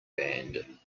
band